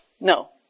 No